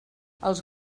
els